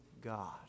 God